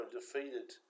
defeated